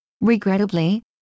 Regrettably